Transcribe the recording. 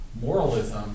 moralism